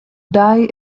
die